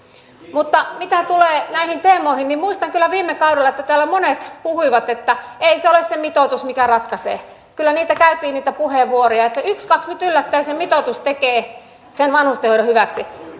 mutta mitä tulee näihin teemoihin niin muistan kyllä että viime kaudella täällä monet puhuivat että ei se ole se mitoitus mikä ratkaisee kyllä niitä puheenvuoroja käytiin ja nyt ykskaks yllättäen se mitoitus tekee sen vanhustenhoidon hyväksi